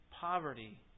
poverty